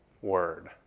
word